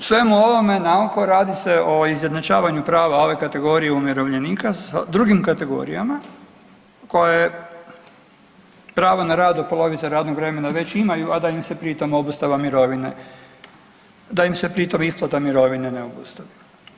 U svemu ovome naoko radi se o izjednačavanju prava ove kategorije umirovljenika sa drugim kategorijama koje pravo na rad do polovice radnog vremena već imaju, a da mi se pri tom obustava mirovine, da im se pri tom isplata mirovine ne obustavlja.